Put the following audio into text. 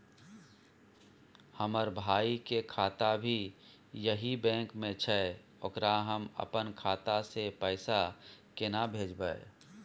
हमर भाई के खाता भी यही बैंक में छै ओकरा हम अपन खाता से पैसा केना भेजबै?